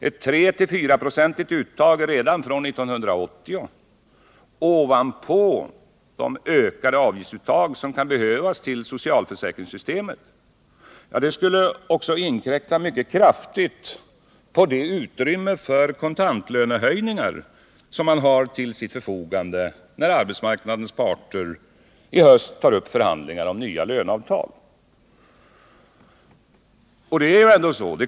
Ett tretill fyraprocentigt uttag redan från 1980 ovanpå de ökade avgiftsuttag som kan behövas till socialförsäkringssystemet skulle säkert också inkräkta mycket kraftigt på det utrymme för kontantlönehöjningar som man har till sitt förfogande när arbetsmarknadens parter i höst tar upp förhandlingar om nya löneavtal.